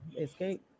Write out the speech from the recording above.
Escape